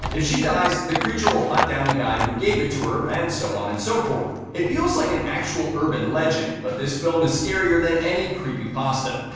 if she dies, the creature will hunt down the guy who gave it to her and so on and so forth. it feels like an actual urban legend, but this film is scarier than any creepypasta.